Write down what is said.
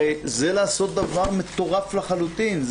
הרי זה לעשות דבר מטורף לחלוטין.